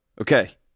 Okay